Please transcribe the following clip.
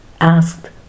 asked